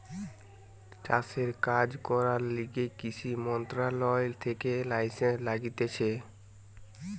চাষের কাজ করার লিগে কৃষি মন্ত্রণালয় থেকে লাইসেন্স লাগতিছে